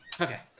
Okay